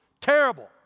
terrible